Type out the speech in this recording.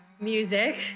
music